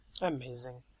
Amazing